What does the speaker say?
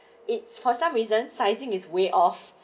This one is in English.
it's for some reason sizing is way off